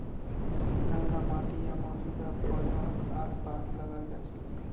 नंगा माटी या मौजूदा पौधाक आसपास लगाल जा छेक